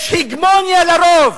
יש הגמוניה לרוב.